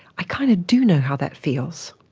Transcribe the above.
i kind of do know how that feels.